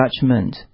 judgment